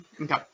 okay